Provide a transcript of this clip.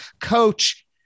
coach